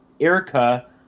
Erica